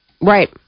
Right